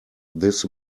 this